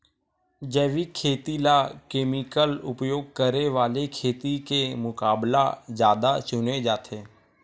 जैविक खेती ला केमिकल उपयोग करे वाले खेती के मुकाबला ज्यादा चुने जाते